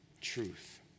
truth